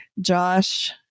Josh